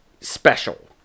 special